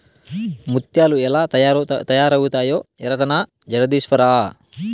ముత్యాలు ఎలా తయారవుతాయో ఎరకనా జగదీశ్వరా